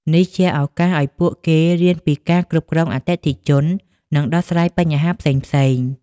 នេះជាឱកាសឲ្យពួកគេរៀនពីការគ្រប់គ្រងអតិថិជន និងដោះស្រាយបញ្ហាផ្សេងៗ។